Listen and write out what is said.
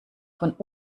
von